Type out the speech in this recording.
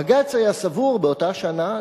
בג"ץ היה סבור באותה השנה,